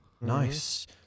Nice